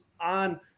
on